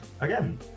Again